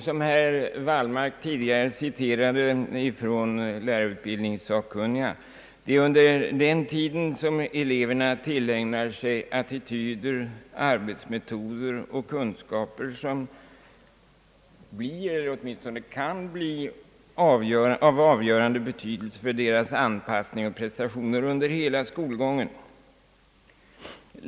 Som herr Wallmark tidigare citerade från lärarutbildningssakkunniga, är det ju under den tiden som eleverna tillägnar sig attityder, arbetsmetoder och kunskaper som blir eller åtminstone kan bli av avgörande betydelse för deras anpassning och prestationer under hela skolgången.